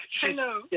Hello